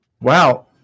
Wow